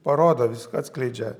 parodo viską atskleidžia